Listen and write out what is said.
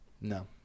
No